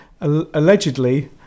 Allegedly